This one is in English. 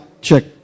Check